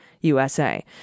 USA